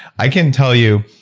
i can tell you,